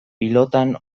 pilotan